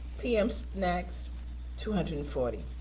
p m. snacks two hundred and forty.